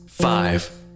five